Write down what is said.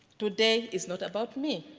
today is not about me,